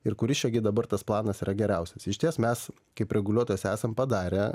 ir kuris čiagi dabar tas planas yra geriausias išties mes kaip reguliuotojas esam padarę